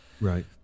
Right